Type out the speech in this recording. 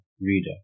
reader